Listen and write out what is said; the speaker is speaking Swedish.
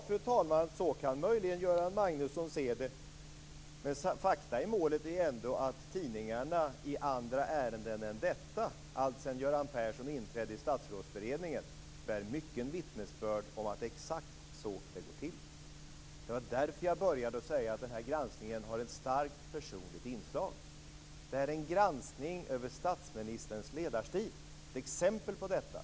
Fru talman! Så kan möjligen Göran Magnusson se det. Men fakta i målet är ändå att tidningarna i andra ärenden än detta alltsedan Göran Persson inträdde i Statsrådsberedningen bär mycket vittnesbörd om att det är exakt så det går till. Det var därför som jag började med att säga att den här granskningen har ett starkt personligt inslag. Det är en granskning över statsministerns ledarstil. Det är exempel på detta.